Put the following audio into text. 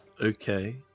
Okay